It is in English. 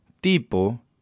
tipo